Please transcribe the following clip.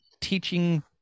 teaching